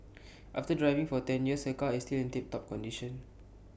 after driving for ten years her car is still in tiptop condition